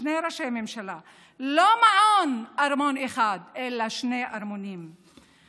לא מעון-ארמון אחד אלא שני ארמונות;